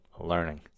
learning